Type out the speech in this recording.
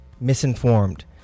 misinformed